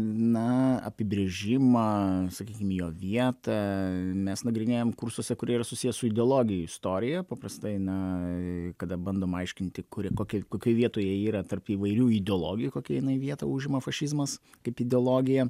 na apibrėžimą sakykim jo vietą mes nagrinėjam kursuose kurie yra susiję su ideologijų istorija paprastai na kada bandom aiškinti kuri kokia kokioj vietoj ji yra tarp įvairių ideologijų kokią jinai vietą užima fašizmas kaip ideologija